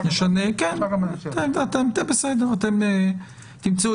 אתם תמצאו.